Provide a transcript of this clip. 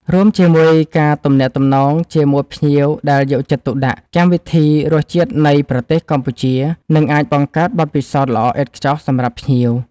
រួមជាមួយការទំនាក់ទំនងជាមួយភ្ញៀវដែលយកចិត្តទុកដាក់ កម្មវិធី រសជាតិនៃប្រទេសកម្ពុជា នឹងអាចបង្កើតបទពិសោធន៍ល្អឥតខ្ចោះសម្រាប់ភ្ញៀវ